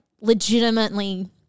legitimately